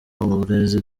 uburezi